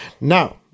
now